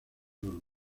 los